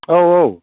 औ औ